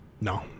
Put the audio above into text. No